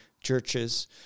churches